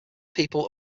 people